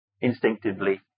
instinctively